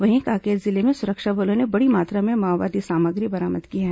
वहीं कांकेर जिले में सुरक्षा बलों ने बड़ी मात्रा में माओवादी सामग्री बरामद की है